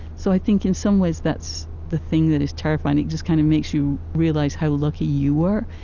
so i think in some ways, that's the thing that is terrifying. it just kind of makes you realize how lucky you were.